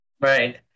Right